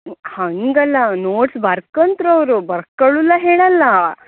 ಹಂಗೆ ಅಲ್ಲ ನೋಡ್ಸ್ ಬರ್ಕೋತಾರೆ ಅವರು ಬರ್ಕೋಳೋಲ್ಲ ಹೇಳೋಲ್ಲ